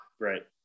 Right